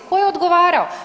Tko je odgovarao?